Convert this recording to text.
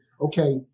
okay